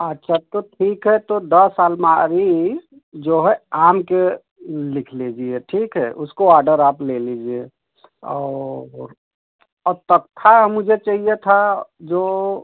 अच्छा तो ठीक है तो दस अलमारी जो है आम के लिख लीजिए ठीक है उसको ऑडर आप ले लीजिए और और तख़्ता मुझे चाहिए था जो